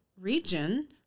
region